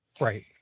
Right